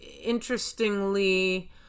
interestingly